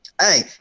Hey